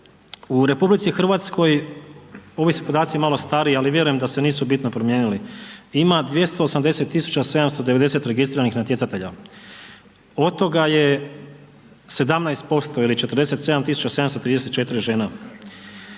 U Republici Hrvatskoj, ovi su podaci malo stariji ali vjerujem da se nisu bitno promijenili, ima 280 tisuća 790 registriranih natjecatelja. Od toga je 17% ili 47 tisuća 734 žena.